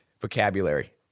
vocabulary